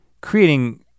creating